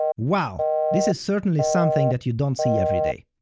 wow, this is certainly something that you don't see every day.